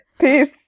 Peace